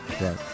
Right